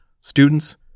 students